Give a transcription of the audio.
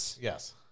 Yes